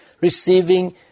receiving